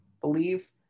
believe